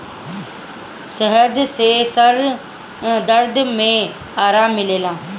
शहद से सर दर्द में आराम मिलेला